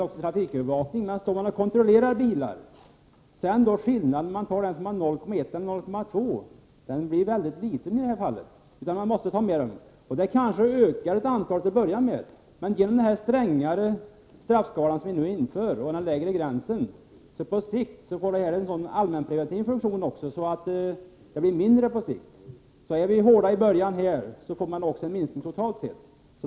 När man står och kontrollerar bilister ser man inte stor skillnad mellan dem som har 0,1 Joo och dem som har 0,2 Ko, men man måste ta dem. Antalet tagna kanske ökar till att börja med, men den lägre gränsen och den strängare straffskalan kommer på sikt att ha en sådan allmänpreventiv funktion att antalet minskar. Om vi är hårda i början leder det till en minskning totalt sett.